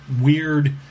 weird